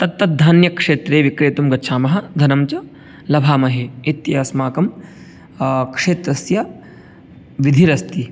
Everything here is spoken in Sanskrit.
तत् तद् धान्यक्षेत्रे विक्रेतुं गच्छामः धनं च लभामहे इति अस्माकं क्षेत्रस्य विधिरस्ति